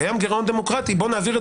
קיים גירעון דמוקרטי בואו נעביר את